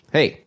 Hey